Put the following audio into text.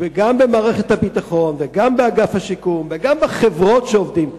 שגם במערכת הביטחון וגם באגף השיקום וגם בחברות שעובדים,